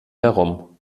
herum